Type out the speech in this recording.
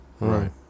Right